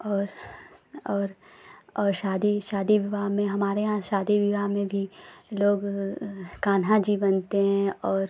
और और और शादी शादी विवाह में हमारे यहाँ शादी विवाह में भी लोग कान्हा जी बनते हैं और